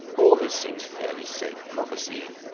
all this seems fairly safe prophesying.